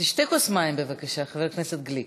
תשתה כוס מים, בבקשה, חבר הכנסת גליק.